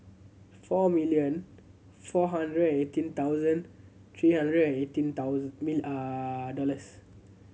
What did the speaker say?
four million four hundred eighteen thousand three hundred and eighteen dollars